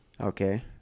Okay